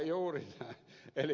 juuri näin